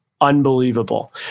unbelievable